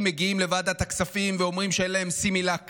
מגיעים לוועדת הכספים ואומרים שאין להם סימילאק